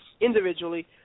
individually